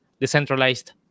decentralized